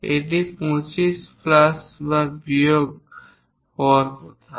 এটি 25 প্লাস বা বিয়োগ হওয়ার কথা